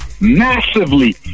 massively